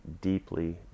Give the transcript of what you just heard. deeply